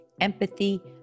empathy